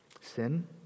Sin